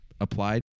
applied